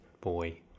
boy